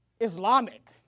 Islamic